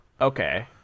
Okay